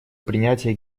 принятия